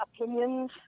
opinions